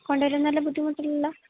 കൊണ്ടുവരുന്നതില് ബുദ്ധിമുട്ടില്ലല്ലോ